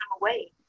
away